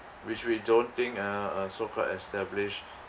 which we don't think a a so-called established